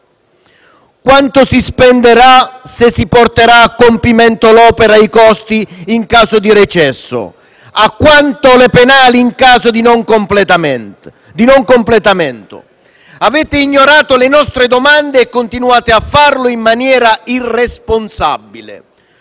Quanto si spenderà se si porterà a compimento l'opera? Quanti sono i costi in caso di recesso? A quanto ammontano le penali in caso di non completamento? Avete ignorato le nostre domande e continuate a farlo in maniera irresponsabile.